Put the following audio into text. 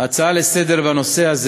ההצעה לסדר-היום בנושא הזה